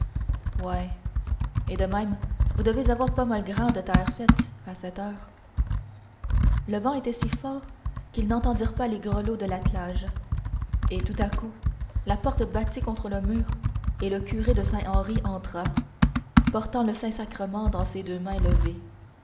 oui et de même vous devez avoir pas mal grand de terre faite à cette heure le vent était si fort qu'ils n'entendirent pas les grelots de l'attelage et tout à coup la porte battit contre le mur et le curé de saint henri entra portant le saint-sacrement de ses deux mains levées